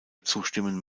zustimmen